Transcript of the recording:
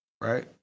right